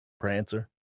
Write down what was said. Prancer